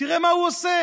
תראה מה הוא עושה,